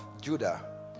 judah